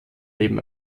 leben